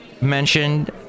mentioned